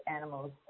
animals